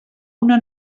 una